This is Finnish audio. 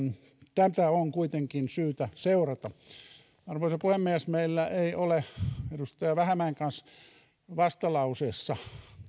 tätä on kuitenkin syytä seurata arvoisa puhemies meillä ei ole edustaja vähämäen kanssa vastalauseessa